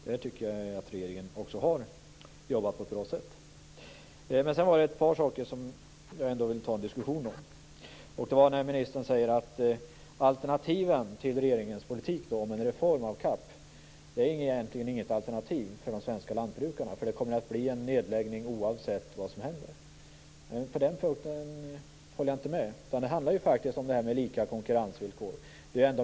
Där tycker jag också att regeringen har jobbat på ett bra sätt. Sedan var det ett par saker som jag ändå vill ta en diskussion om. Det var när ministern sade att alternativen till regeringens politik, en reform av CAP, egentligen inte är ett alternativ för de svenska lantbrukarna. Det kommer att bli en nedläggning oavsett vad som händer. På den punkten håller jag inte med. Det handlar faktiskt om det här med lika konkurrensvillkor.